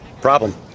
Problem